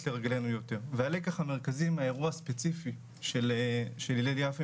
לרגלינו יותר והלקח המרכזי מהאירוע הספציפי של הלל יפה,